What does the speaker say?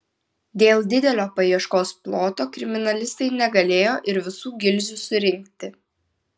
dėl didelio paieškos ploto kriminalistai negalėjo ir visų gilzių surinkti